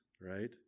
right